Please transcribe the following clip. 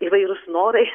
įvairūs norai